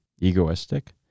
egoistic